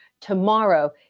tomorrow